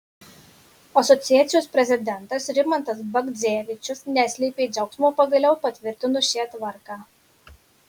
asociacijos prezidentas rimantas bagdzevičius neslėpė džiaugsmo pagaliau patvirtinus šią tvarką